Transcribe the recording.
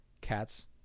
cats